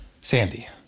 Sandy